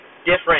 different